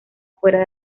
fuera